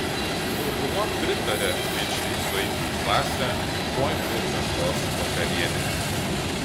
dauguma pritaria minčiai sueiti į klasę tuoj po bendros vakarienės